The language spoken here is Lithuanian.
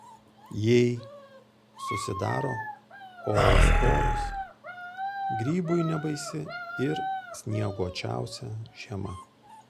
jei susidaro oosporos grybui nebaisi ir snieguočiausia žiema